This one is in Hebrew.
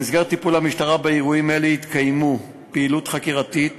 במסגרת טיפול המשטרה באירועים האלה התקיימה פעילות חקירתית